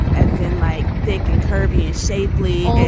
as in like thick and curvy and shapely.